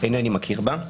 אינני מכיר בה.